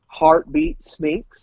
HeartBeatSneaks